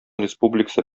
республикасы